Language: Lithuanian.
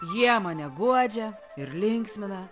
jie mane guodžia ir linksmina